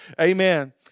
Amen